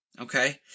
okay